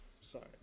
Sorry